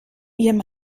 ihrem